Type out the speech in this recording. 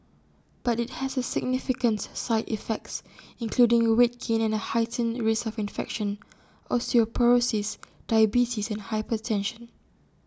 but IT has significant side effects including weight gain and A heightened risk of infection osteoporosis diabetes and hypertension